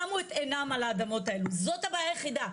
הם שמו את עינם על האדמות האלה, זאת הבעיה היחידה.